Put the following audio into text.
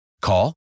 Call